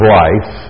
life